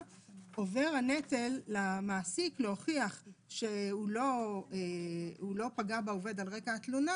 עובר הנטל למעסיק להוכיח שהוא לא פגע בעובד על רקע התלונה